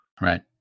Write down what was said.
right